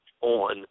on